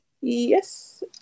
Yes